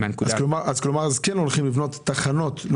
בכל כלא יש לכם אגף למבודדים?